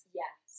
yes